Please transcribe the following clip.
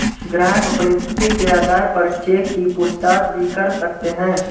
ग्राहक अपनी स्थिति के आधार पर चेक की पूछताछ भी कर सकते हैं